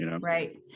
Right